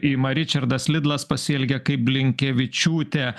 ima ričardas lidlas pasielgė kaip blinkevičiūtė